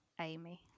Amy